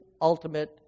ultimate